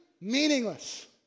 meaningless